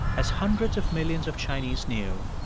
as hundreds of millions of chinese knew,